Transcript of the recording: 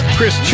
Chris